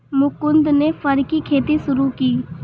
मुकुन्द ने फर की खेती शुरू की